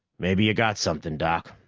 maybe you've got something, doc.